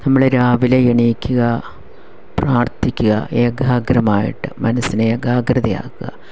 നമ്മള് രാവിലെ എണീക്കുക പ്രാർത്ഥിക്കുക ഏകാഗ്രമായിട്ട് മനസ്സിനെ ഏകാഗ്രമാക്കുക